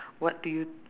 what do you